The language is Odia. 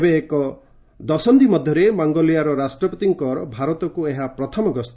ତେବେ ଏକ ଦଶନ୍ଧି ମଧ୍ୟରେ ମଙ୍ଗୋଲିଆ ରାଷ୍ଟ୍ରପତିଙ୍କର ଭାରତକୁ ଏହା ପ୍ରଥମ ଗସ୍ତ